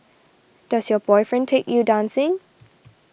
does your boyfriend take you dancing